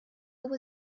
would